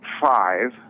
five